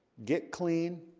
get clean